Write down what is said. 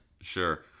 Sure